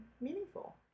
meaningful